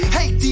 Hey